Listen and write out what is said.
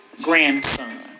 grandson